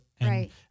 Right